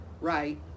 right